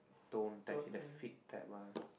tone type she the fit type ah